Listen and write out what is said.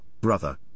brother